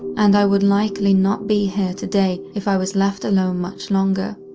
and i would likely not be here today if i was left alone much longer.